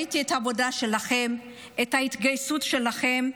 את העבודה שלכם, את ההתגייסות שלכם.